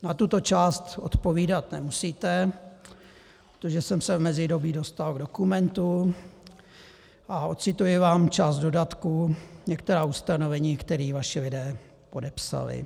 Na tuto část odpovídat nemusíte, protože jsem se v mezidobí dostal k dokumentu a odcituji vám část dodatku, některá ustanovení, která vaši lidé podepsali :